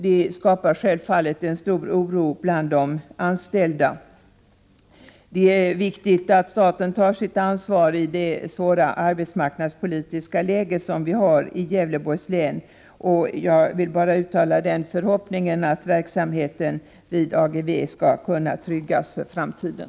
Det skapar självfallet en stor oro bland de anställda. Det är viktigt att staten tar sitt ansvar i det svåra arbetsmarknadspolitiska läge som vi har i Gävleborgs län. Jag vill uttala den förhoppningen att verksamheten vid AGEVE skall kunna tryggas för framtiden.